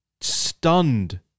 stunned